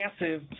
massive